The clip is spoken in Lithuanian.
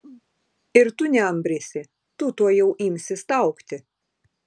ir tu neambrysi tu tuojau imsi staugti